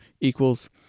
equals